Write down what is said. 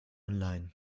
online